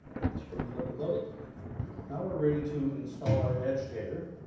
and the spring clip above it now we're ready to install our agitator.